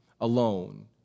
alone